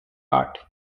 art